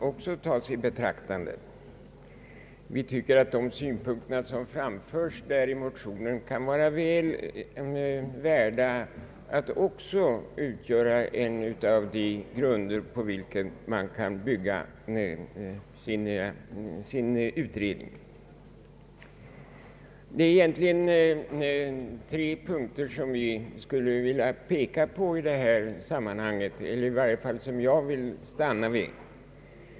Vi reservanter anser att de synpunkter som framförs i motionerna kan vara väl värda att också utgöra en av de grunder på vilka man kan bygga sin utredning. Det är egentligen tre punkter som vi skulle vilja peka på i detta sammanhang eller som i varje fall jag vill stanna vid.